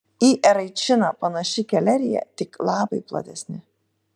į eraičiną panaši kelerija tik lapai platesni